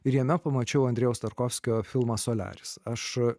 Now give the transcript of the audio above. ir jame pamačiau andrejaus tarkovskio filmą soliaris aš